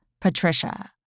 Patricia